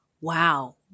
Wow